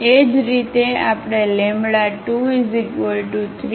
એ જ રીતે આપણે 23